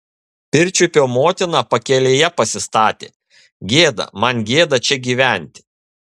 pirčiupio motiną pakelėje pasistatė gėda man gėda čia gyventi